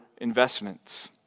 investments